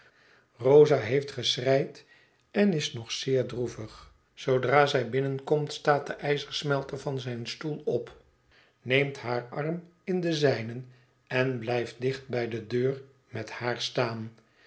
rosa heeft geschreid en is nog zeer droevig zoodra zij binnenkomt staat de ijzersmelter van zijn stoel op neemt haar arm in den zijnen en blijft dicht bij de deur met haar staan